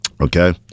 Okay